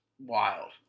Wild